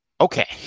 Okay